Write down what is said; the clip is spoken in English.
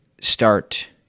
start